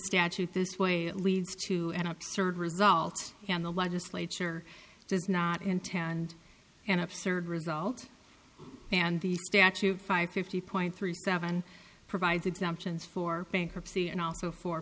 statute this way it leads to an absurd result on the legislature does not intend an absurd result and the statute five fifty point three seven provides exemptions for bankruptcy and also for